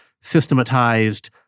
systematized